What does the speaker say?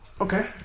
Okay